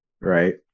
right